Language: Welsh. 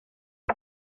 mae